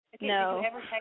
No